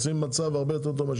רוצים מצב הרבה יותר טוב.